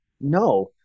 No